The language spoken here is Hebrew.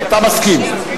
אתה מסכים.